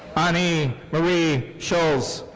ani marie schulz.